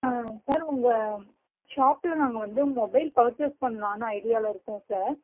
ஆ sir உங்கள் ஷாப்பில் நாங்கள் வந்து மொபைல் பர்சேஸ் பண்ணலான்னு ஐடியாவில் இருக்கோம் சார்